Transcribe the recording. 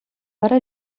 вара